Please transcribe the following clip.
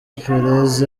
perez